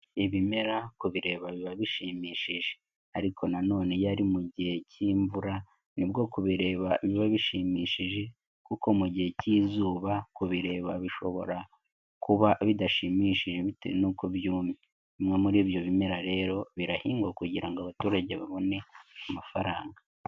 Ibimera kubireba biba bishimishije, ariko na none yari mu gihe k'imvura nibwo kubireba biba bishimishije, kuko mu gihe k'izuba kubireba bishobora kuba bidashimishije bitewe n'uko byumye. Bimwe muri ibyo bimera rero birahingwa kugira ngo abaturage babone amafaranga.